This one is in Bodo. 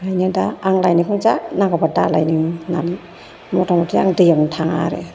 ओंखायनो दा आं लायनायखौनो जा नांगौबा दालाय नोङो होन्नानै मुथा मुथि आं दैयावनो थाङा आरो